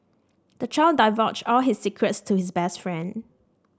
the child divulged all his secrets to his best friend